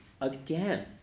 again